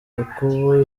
yakubu